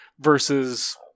Versus